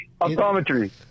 Optometry